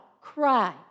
cry